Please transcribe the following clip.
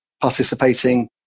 participating